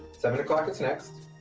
seven o'clock is next,